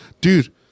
dude